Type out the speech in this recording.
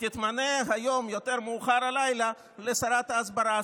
ותתמנה היום, יותר מאוחר הלילה, לשרת ההסברה.